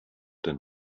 denn